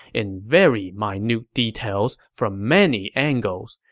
in very minute details from many angles.